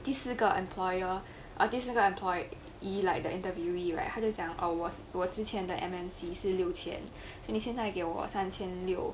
第四个 employer orh 第四个 employee like the interviewee right 他就讲 err 我我之前的 M_N_C 是六千做么现在你给我三千六